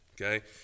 Okay